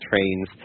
trains